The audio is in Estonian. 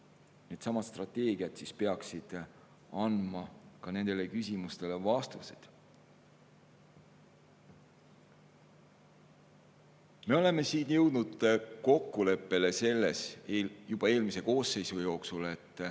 Needsamad strateegiad peaksid andma nendele küsimustele vastused. Me oleme siin jõudnud kokkuleppele selles, juba eelmise koosseisu jooksul, et